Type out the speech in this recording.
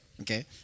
Okay